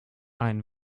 ein